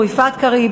יפעת קריב,